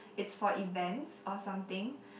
it's for events or something